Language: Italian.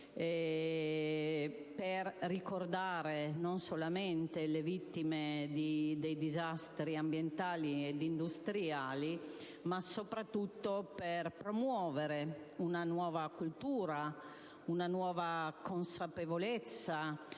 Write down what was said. per ricordare le vittime dei disastri ambientali ed industriali ma soprattutto per promuovere una nuova cultura, una nuova consapevolezza